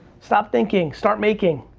stop thinking, start making.